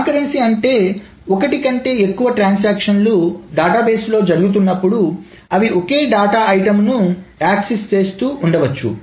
concurrency అంటే ఒకటి కంటే ఎక్కువ ట్రాన్సక్షన్ లు డేటాబేస్ లో జరుగుతున్నప్పుడు అవి ఓకే డేటా ఐటమ్ ను యాక్సిస్ చేస్తూ ఉండవచ్చు